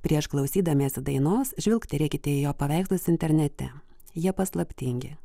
prieš klausydamiesi dainos žvilgterėkite į jo paveikslus internete jie paslaptingi